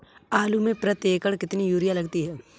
आलू में प्रति एकण कितनी यूरिया लगती है?